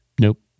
Nope